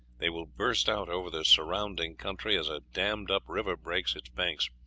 they will burst out over the surrounding country as a dammed-up river breaks its banks.